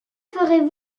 ferez